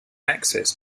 access